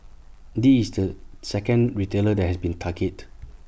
this is the second retailer that has been targeted